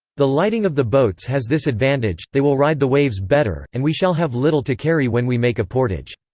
the lighting of the boats has this advantage they will ride the waves better, and we shall have little to carry when we make a portage.